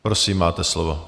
Prosím, máte slovo.